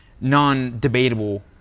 non-debatable